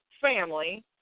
family